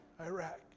Iraq